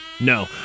No